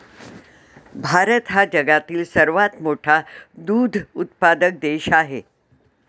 भारत हा जगातील सर्वात मोठा दूध उत्पादक देश आहे